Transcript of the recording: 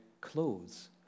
clothes